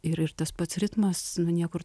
ir ir tas pats ritmas niekur